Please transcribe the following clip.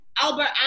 Albert